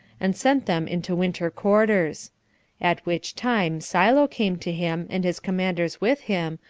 and sent them into winter quarters at which time silo came to him, and his commanders with him,